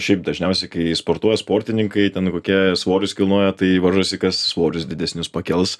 šiaip dažniausiai kai sportuoja sportininkai ten kokia svorius kilnoja tai varžosi kas svorius didesnius pakels